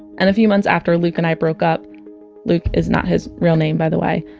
and a few months after luke and i broke up luke is not his real name by the way